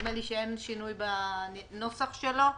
נדמה לי שאין שינוי בנוסח שלו.